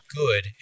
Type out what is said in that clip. good